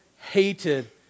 hated